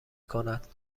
کند